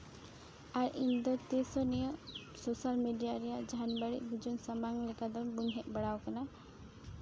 ᱟᱨ ᱤᱧᱫᱚ ᱛᱤᱥ ᱦᱚᱸ ᱱᱤᱭᱟᱹ ᱥᱳᱥᱟᱞ ᱢᱤᱰᱤᱭᱟ ᱨᱮᱭᱟᱜ ᱡᱟᱦᱟᱱ ᱵᱟᱹᱲᱤᱡ ᱵᱩᱡᱩᱱ ᱥᱟᱢᱟᱝ ᱞᱮᱠᱟ ᱫᱚ ᱵᱟᱹᱧ ᱦᱮᱡ ᱵᱟᱲᱟᱣ ᱠᱟᱱᱟ